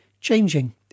changing